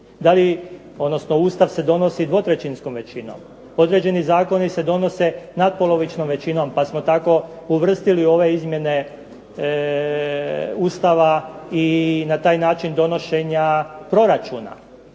Ustav se donosi 2/3-skom većinom. Određeni zakoni se donose natpolovičnom većinom pa smo tako uvrstili u ove izmjene Ustava i na taj način donošenja proračuna.